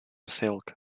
silk